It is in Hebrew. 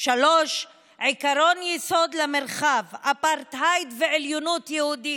3. עקרון יסוד למרחב: אפרטהייד ועליונות יהודית,